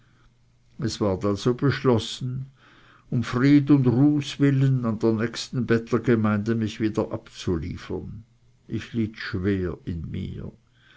es ward also beschlossen um fried und ruhs willen an der nächsten bettlergemeinde mich wieder abzuliefern ich litt schwer in mir